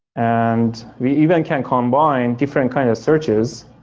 and we even can combine different kind of searches,